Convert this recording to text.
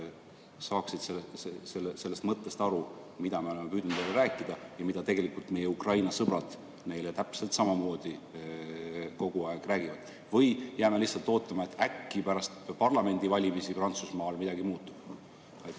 saaksid sellest mõttest aru, mida me oleme püüdnud neile rääkida ja mida tegelikult meie Ukraina sõbrad neile täpselt samamoodi kogu aeg räägivad? Või jääme lihtsalt ootama, et äkki pärast parlamendivalimisi Prantsusmaal midagi muutub? Aitäh,